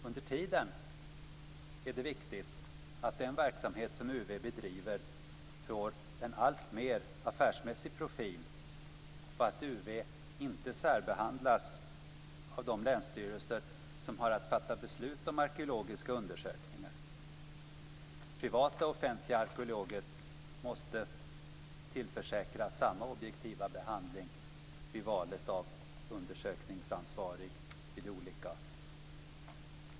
Under tiden är det viktigt att den verksamhet som UV bedriver får en alltmer affärsmässig profil och att UV inte särbehandlas av de länsstyrelser som har att fatta beslut om arkeologiska undersökningar. Privata och offentliga arkeologer måste tillförsäkras samma objektiva behandling vid valet av undersökningsansvarig när det gäller olika objekt.